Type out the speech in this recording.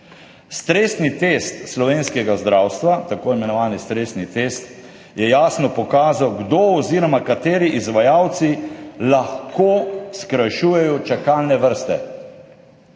Stresni test slovenskega zdravstva, tako imenovani stresni test, je jasno pokazal, kdo oziroma kateri izvajalci lahko skrajšujejo čakalne vrste.